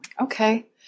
Okay